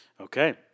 Okay